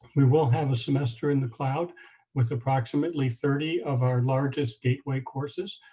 we will have a semester in the cloud with approximately thirty of our largest gateway courses,